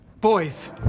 Boys